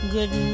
Good